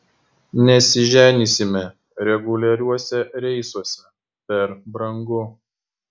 nesiženysime reguliariuose reisuose per brangu